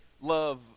love